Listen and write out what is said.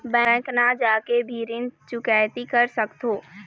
Bank न जाके भी ऋण चुकैती कर सकथों?